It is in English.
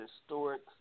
historic